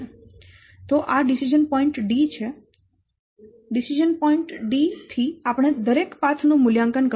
તો આ decision point D છે ડીસીઝન પોઈન્ટ D થી આપણે દરેક પાથ નું મૂલ્યાંકન કરવું પડશે